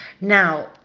Now